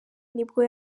nibwo